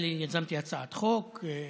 יזמתי הצעת חוק,